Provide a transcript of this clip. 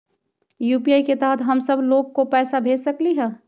UPI के तहद हम सब लोग को पैसा भेज सकली ह?